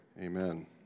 amen